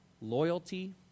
Loyalty